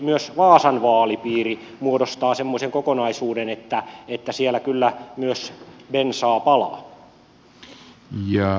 myös vaasan vaalipiiri muodostaa semmoisen kokonaisuuden että siellä kyllä myös bensaa palaa